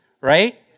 right